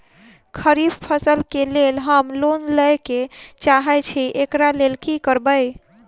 खरीफ फसल केँ लेल हम लोन लैके चाहै छी एकरा लेल की करबै?